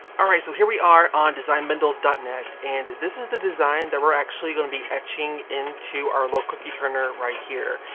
right so here we are on designbundles dot net and this is the design that we're actually going to be etching into our little cookie turner right here.